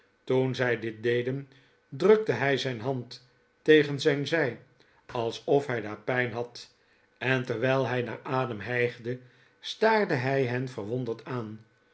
toen zij dit deden drukte hij zijn hand tegen zijn zij alsof hij daar pijn had en terwijl hij naar adem hijgde staarde hij hen verwonderd aan